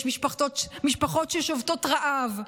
יש משפחות ששובתות רעב,